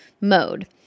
mode